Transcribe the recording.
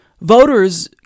voters